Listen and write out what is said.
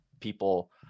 people